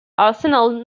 arsenal